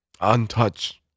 untouched